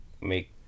make